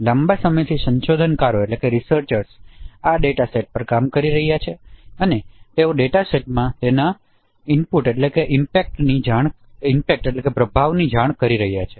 અને લાંબા સમયથી સંશોધનકારો આ ડેટા સેટ્સ પર કામ કરી રહ્યાં છે અને તેઓ આ ડેટા સેટમાં તેમના પ્રભાવની જાણ કરી રહ્યાં છે